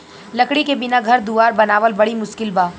लकड़ी के बिना घर दुवार बनावल बड़ी मुस्किल बा